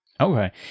Okay